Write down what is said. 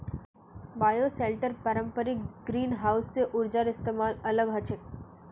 bioshelter पारंपरिक greenhouse स ऊर्जार इस्तमालत अलग ह छेक